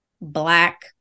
black